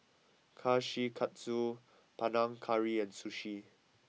Kushikatsu Panang Curry and Sushi